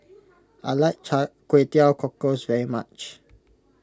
I like Kway Teow Cockles very much